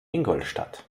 ingolstadt